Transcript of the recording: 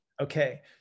Okay